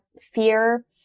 fear